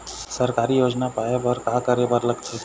सरकारी योजना पाए बर का करे बर लागथे?